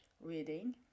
reading